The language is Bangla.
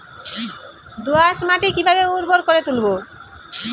দোয়াস মাটি কিভাবে উর্বর করে তুলবো?